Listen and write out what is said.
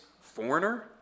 foreigner